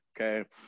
Okay